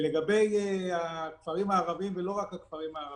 לגבי הכפרים הערביים, ולא רק הכפרים הערביים,